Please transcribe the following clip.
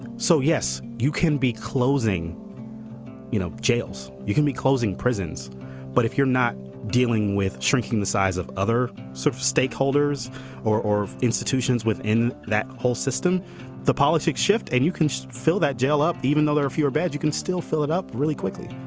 so yes you can be closing you know jails. you can be closing prisons but if you're not dealing with shrinking the size of other sort of stakeholders or or institutions within that whole system the politics shift and you can fill that jail up even though there are fewer bad you can still fill it up really quickly